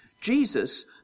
Jesus